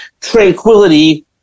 tranquility